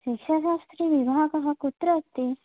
शिक्षाशास्त्रिविभागः कुत्र अस्ति